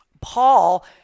Paul